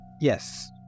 yes